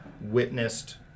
witnessed